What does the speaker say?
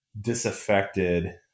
disaffected